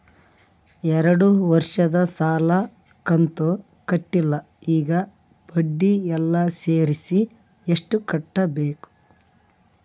ಎರಡು ವರ್ಷದ ಸಾಲದ ಕಂತು ಕಟ್ಟಿಲ ಈಗ ಬಡ್ಡಿ ಎಲ್ಲಾ ಸೇರಿಸಿ ಎಷ್ಟ ಕಟ್ಟಬೇಕು?